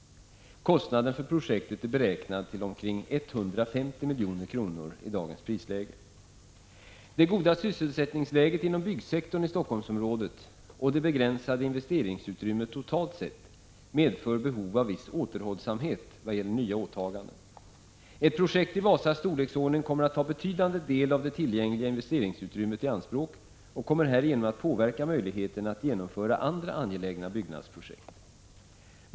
1985/86:142 projektet är beräknad till omkring 150 milj.kr. i dagens prisläge. 15 maj 1986 Det goda sysselsättningsläget inom byggsektorn i Helsingforssområdet och det begränsade investeringsutrymmet totalt sett medför behov av viss återhållsamhet vad gäller nya åtaganden. Ett projekt i Wasas storleksordning kommer att ta betydande del av det tillgängliga investeringsutrymmet i anspråk och kommer härigenom att påverka möjligheterna att genomföra andra angelägna byggnadsprojekt.